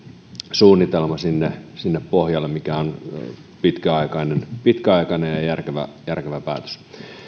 suunnitelma sinne sinne pohjalle mikä on pitkäaikainen pitkäaikainen ja järkevä järkevä päätös